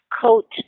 coat